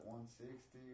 160